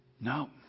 No